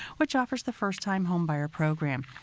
which offers the first-time home buyer program,